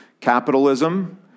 capitalism